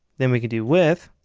then we could do width,